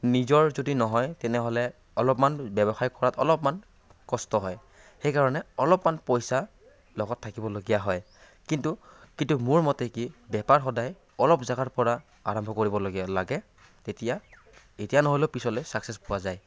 নিজৰ যদি নহয় তেনেহ'লে অলপমান ব্যৱসায় কৰাত অলপমান কষ্ট হয় সেইকাৰণে অলপমান পইচা লগত থাকিবলগীয়া হয় কিন্তু কিন্তু মোৰ মতে কি বেপাৰ সদায় অলপ জাগাৰ পৰা আৰম্ভ কৰিব লগে লাগে তেতিয়া এতিয়া নহ'লেও পিছলৈ চাকচেছ পোৱা যায়